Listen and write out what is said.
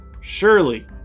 surely